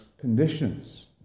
conditions